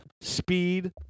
speed